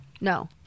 No